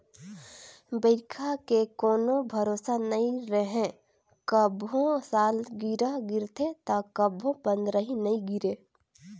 बइरखा के कोनो भरोसा नइ रहें, कभू सालगिरह गिरथे त कभू पंदरही नइ गिरे